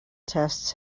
tests